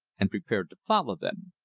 and prepared to follow them.